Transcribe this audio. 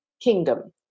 Kingdom